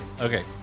Okay